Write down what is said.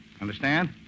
Understand